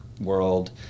world